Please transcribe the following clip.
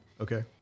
Okay